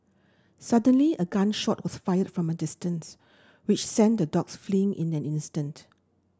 suddenly a gun shot was fired from a distance which sent the dogs fleeing in an instant